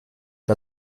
der